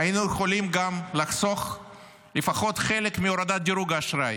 היינו יכולים גם לחסוך לפחות חלק מהורדת דירוג האשראי,